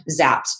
zaps